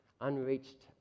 Unreached